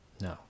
No